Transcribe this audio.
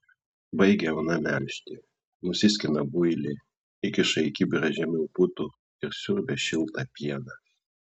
baigia ona melžti nusiskina builį įkiša į kibirą žemiau putų ir siurbia šiltą pieną